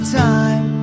time